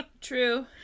True